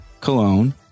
Cologne